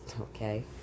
Okay